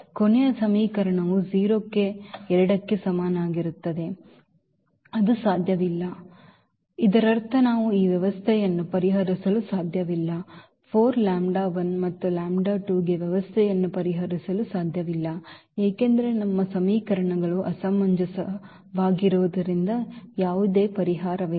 ಕೊನೆಯ ಸಮೀಕರಣವು 0 ಕ್ಕೆ 2 ಕ್ಕೆ ಸಮನಾಗಿರುತ್ತದೆ ಅದು ಸಾಧ್ಯವಿಲ್ಲ ಅದು ಇಲ್ಲಿ ಸಾಧ್ಯವಿಲ್ಲ ಇದರರ್ಥ ನಾವು ಈ ವ್ಯವಸ್ಥೆಯನ್ನು ಪರಿಹರಿಸಲು ಸಾಧ್ಯವಿಲ್ಲ ಮತ್ತು ಗೆ ಈ ವ್ಯವಸ್ಥೆಯನ್ನು ಪರಿಹರಿಸಲು ಸಾಧ್ಯವಿಲ್ಲ ಏಕೆಂದರೆ ನಮ್ಮ ಸಮೀಕರಣಗಳು ಅಸಮಂಜಸ ವಾಗಿರುವುದರಿಂದ ಯಾವುದೇ ಪರಿಹಾರವಿಲ್ಲ